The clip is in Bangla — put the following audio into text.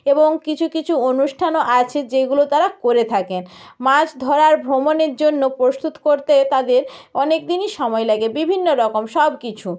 এবং কিছু কিছু অনুষ্ঠানও আছে যেগুলো তারা করে থাকেন মাছ ধরার ভ্রমণের জন্য প্রস্তুত করতে তাদের অনেক দিনই সময় লাগে বিভিন্ন রকম সব কিছু